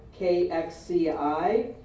KXCI